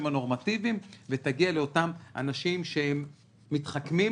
הנורמטיביים ותגיע לאותם אנשים שהם מתחכמים,